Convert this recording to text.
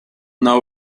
now